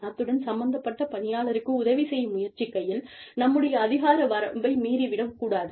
அத்துடன் சம்பந்தப்பட்ட பணியாளருக்கு உதவி செய்ய முயற்சிகையில் நம்முடைய அதிகார வரம்பை மீறி விடக் கூடாது